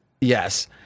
yes